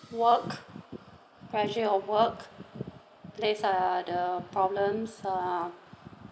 work pressure or work place are the problems uh